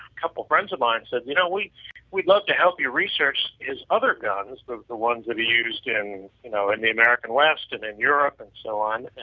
couple of friends of mine said you know we we love to help your research his other guns the the ones that he used in you know and the american west and then europe and so on.